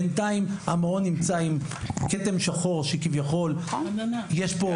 בינתיים המעון עם כתם שחור שכביכול יש פה...